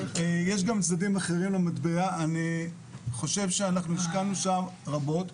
יש גם צדדים אחרים למטבע ואני חושב שאנחנו השקענו שם רבות.